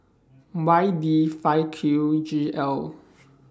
Y D five Q G L